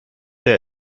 der